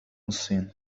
الصين